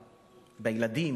בילדים,